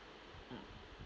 mm